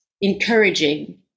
encouraging